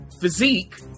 physique